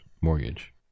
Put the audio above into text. mortgage